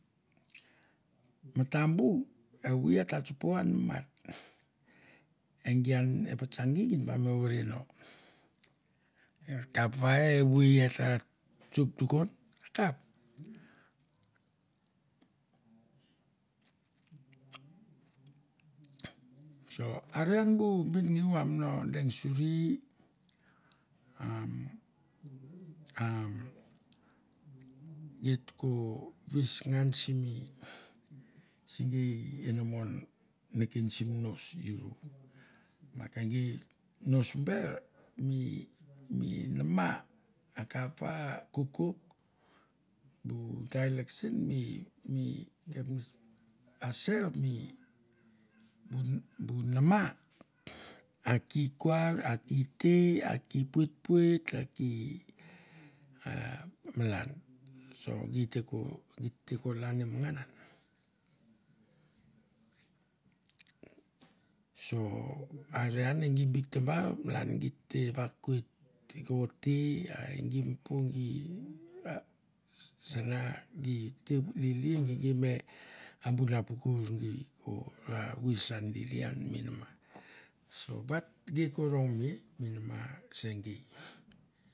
Matambu evoi a et ta tsopo an mi mat, e gi an e patsa gi, gi ta ba me vore no, kapa va evoi et ra tsop tukon. So are an bu benengeu am no deng suri umm umm geit ko ves ngan simi se gei inamon neken simi i nos iron. Ma ke gei nos ber mi nama akap va a kokouk bu dialect sen mi mi kapnets a ser mi bu nama a ki kuar a ki tei, a ki poit a ki a malan so gi te ko git te ko lanim ngan an. So are an e gi bik tabar malan git te vakoit igo te a e gi impo gi sana gi te lili a bu napakur gi ko ra virsna lili an mi nama, so bat gi ko rongme mi nama se gei.